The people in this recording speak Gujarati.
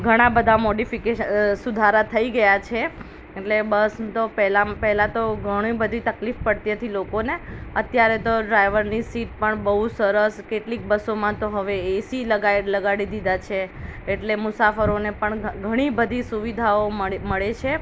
ઘણા બધાં મોડીફિકેશ સુધારા ગયા છે એટલે બસ તો પહેલામાં પહેલાં તો ઘણી બધી તકલીફ પડતી હતી લોકોને અત્યારે તો ડ્રાઇવરની સીટ પણ બહુ સરસ કેટલીક બસોમાં તો હવે એસી લગા લગાડી દીધા છે એટલે મુસાફરોને પણ ઘણી બધી સુવિધાઓ મળે મળે છે